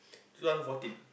two thousand fourteen